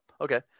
Okay